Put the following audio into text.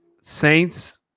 Saints